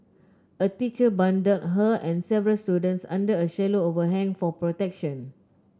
a teacher bundled her and several students under a shallow overhang for protection